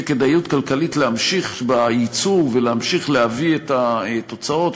כדאיות כלכלית להמשיך בייצור ולהמשיך להביא את התוצאות,